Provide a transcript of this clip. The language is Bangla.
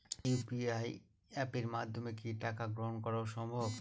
ইউ.পি.আই অ্যাপের মাধ্যমে কি টাকা গ্রহণ করাও সম্ভব?